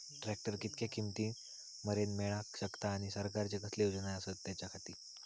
Tractor कितक्या किमती मरेन मेळाक शकता आनी सरकारचे कसले योजना आसत त्याच्याखाती?